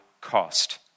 cost